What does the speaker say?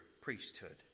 priesthood